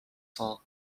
cent